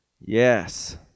yes